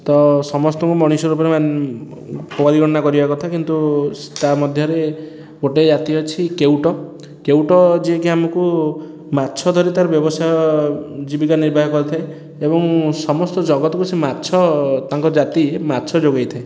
ତ ସମସ୍ତଙ୍କୁ ମଣିଷ ରୂପରେ ପରିଗଣନା କରିବା କଥା କିନ୍ତୁ ତା ମଧ୍ୟରେ ଗୋଟେ ଜାତି ଅଛି କେଉଟ କେଉଟ ଯିଏ କି ଆମକୁ ମାଛ ଧରି ତା'ର ବ୍ୟବସାୟ ଜୀବିକା ନିର୍ବାହ କରିଥାଏ ଏବଂ ସମସ୍ତ ଜଗତକୁ ସେ ମାଛ ତାଙ୍କ ଜାତି ମାଛ ଯୋଗାଇଥାଏ